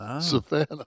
savannah